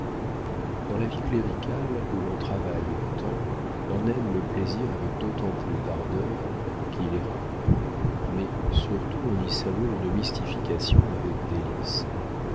dans la vie cléricale où l'on travaille tant on aime le plaisir avec d'autant plus d'ardeur qu'il est rare mais surtout on y savoure une mystification avec délices